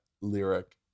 lyric